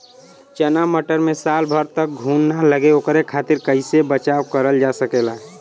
चना मटर मे साल भर तक घून ना लगे ओकरे खातीर कइसे बचाव करल जा सकेला?